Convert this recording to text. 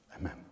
amen